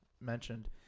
mentioned